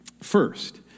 First